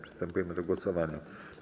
Przystępujemy do głosowania.